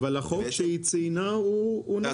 אבל החוק שהיא ציינה הוא מדויק.